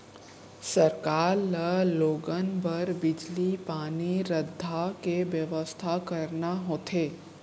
सरकार ल लोगन बर बिजली, पानी, रद्दा के बेवस्था करना होथे